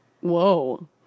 Whoa